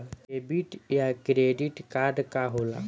Debit या credit card का होला?